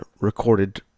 recorded